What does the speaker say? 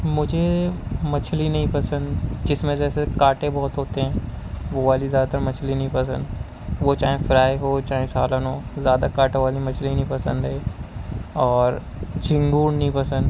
مجھے مچھلی نہیں پسند جس میں جیسے کانٹے بہت ہوتے ہیں وہ والی زیادہ تر مچھلی نہیں پسند وہ چاہے فرائی ہو چاہے سالن ہو زیادہ کانٹا والی مچھلی نہیں پسند ہے اور جھنگور نہیں پسند